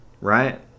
Right